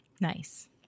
Nice